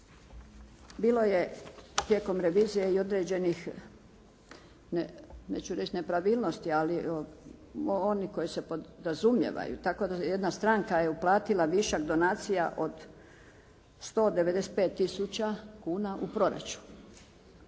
bilo je tijekom revizije i određenih, neću reći nepravilnosti, ali oni koji se podrazumijevaju, tako da jedna stranka je uplatila višak donacija od 195 tisuća kuna u proračun.